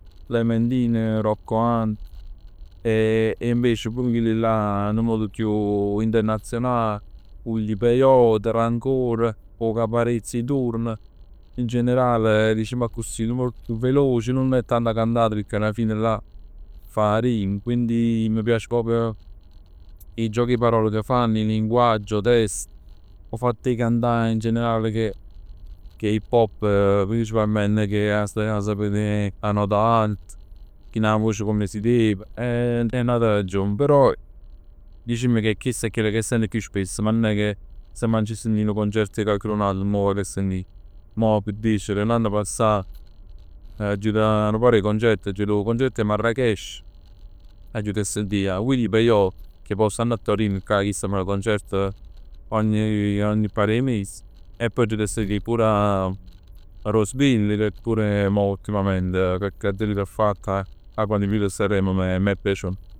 Clementino, Rocco Hunt e invece pur chilli là nu poc chiù internazional Willie Peyote, Rancore, 'o Caparezz 'e turn. In generale dicimm accussì, nu poco chiù veloce, nun è tanto cantato pecchè alla fine là fa 'a rima. Quindi mi piace proprio 'e giochi 'e parole che fanno, 'e linguaggi, 'o testo, 'o fatto 'e cantà in generale che che hip hop principalmente nun è che che 'a sapeven tanto. Tien 'a voce come si deve. Però dicimm che chest è chell che sent chiù spess, ma nun è che se m'aggia sentì nu concerto 'e cocched'un ato nun mo vag a sentì. Mo pe dicere l'anno passat so jut 'a nu par 'e concerti, so jut 'o concerto 'e Marracash, so jut 'a sentì a Willie Peyote che pò stann 'a Torin cà chist fann concert ogni ogni par 'e mesi. E poi aggio jut a sentì pur a Rose Villain e pure mo ultimamente 'a canzone che 'a fatt 'a quann è jut a Sanremo m'è m'è piaciuto.